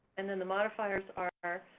and then the modifiers are